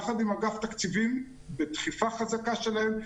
יחד עם אגף תקציבים בדחיפה חזקה שלהם,